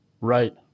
Right